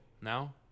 now